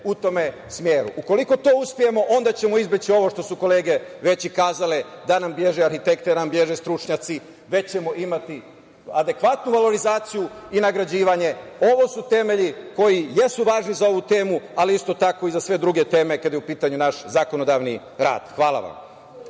u tome smeru. Ako u tome uspemo, onda ćemo izbeći ono što su kolege već kazale – da nam beže arhitekte, da nam beže stručnjaci, već ćemo imati adekvatnu valorizaciju i nagrađivanje. Ovo su temelji koji jesu važni za ovu temu, ali isto tako i za sve druge teme kada je u pitanju naš zakonodavni rad. Hvala vam.